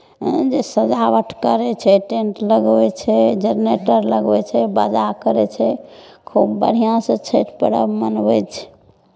एहन जे सजावट करै छै टेंट लगबै छै जरनेटर लगबै छै बाजा करै छै खूब बढ़िआँसँ छठि पर्व मनबै छै